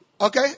Okay